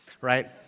right